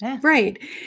Right